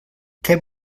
què